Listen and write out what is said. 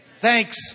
thanks